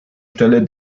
stelle